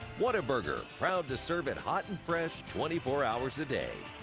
whataburger, proud to serve it hot and fresh twenty four hours a day.